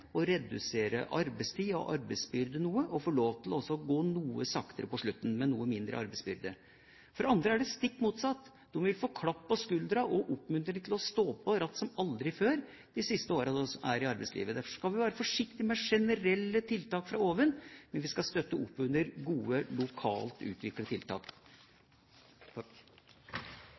å få lov til å redusere arbeidstid og arbeidsbyrde noe – å få lov til å gå noe saktere på slutten. For andre er det stikk motsatt, de vil få klapp på skulderen og oppmuntring til å stå på, kanskje som aldri før, de siste årene de er i arbeidslivet. Derfor skal vi være forsiktige med generelle tiltak fra oven, men vi skal støtte opp under gode, lokalt utviklede tiltak.